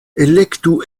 elektu